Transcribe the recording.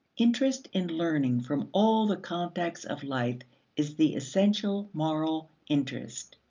interest in learning from all the contacts of life is the essential moral interest.